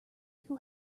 who